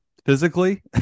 Physically